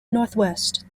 northwest